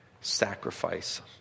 sacrifice